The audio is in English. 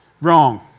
Wrong